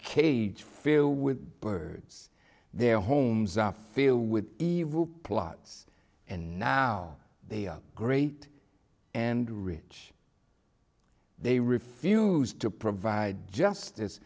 cage feel with birds their homes i feel with evil plots and now they are great and rich they refused to provide justice